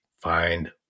find